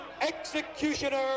executioner